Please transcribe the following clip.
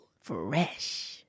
Fresh